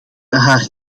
haar